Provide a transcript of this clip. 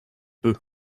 peu